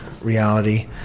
reality